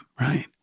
right